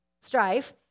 strife